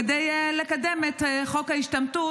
כדי לקדם את חוק ההשתמטות,